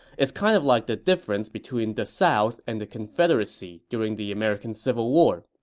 it's kind of like the difference between the south and the confederacy during the american civil war.